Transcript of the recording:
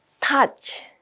Touch